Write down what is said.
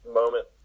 moment